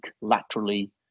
laterally